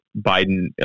Biden